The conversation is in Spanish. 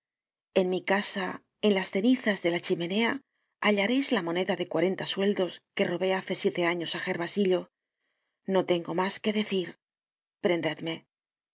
en mi casa en las cenizas de la chimenea hallareis la moneda de cuarenta sueldos que robé hace siete años á gervasillo no tengo mas que decir